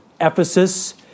Ephesus